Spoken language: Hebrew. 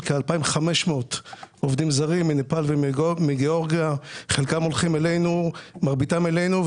כ-2,500 עובדים זרים מנפאל ומגיאורגיה; מריבתם הולכים אלינו,